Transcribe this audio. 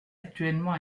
actuellement